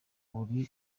uri